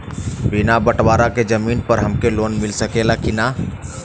बिना बटवारा के जमीन पर हमके लोन मिल सकेला की ना?